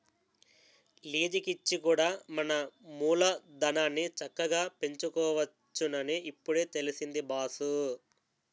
లీజికిచ్చి కూడా మన మూలధనాన్ని చక్కగా పెంచుకోవచ్చునని ఇప్పుడే తెలిసింది బాసూ